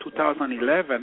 2011